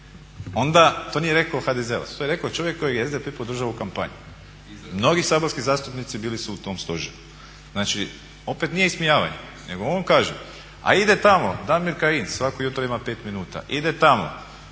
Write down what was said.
onda to nije rekao HDZ-ovac, to je rekao čovjek kojeg je SDP podržao u kampanji. Mnogi saborski zastupnici bili su u tom stožeru. Znači opet nije ismijavanje nego on kaže. A ide tamo Damir Kajin, svako jutro ima 5 minuta, ide tamo